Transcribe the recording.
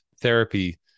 therapy